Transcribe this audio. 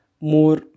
More